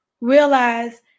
Realize